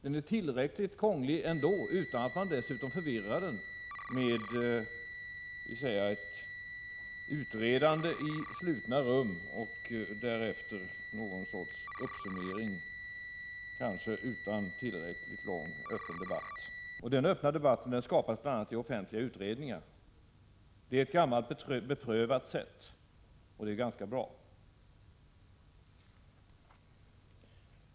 Den är tillräckligt krånglig ändå, utan att man dessutom förvirrar den med ett utredande i slutna rum och därefter någon sorts uppsummering, kanske utan tillräckligt lång öppen debatt. En sådan öppen debatt skapas bl.a. i offentliga utredningar — det är ett gammalt beprövat sätt, och det är ganska bra.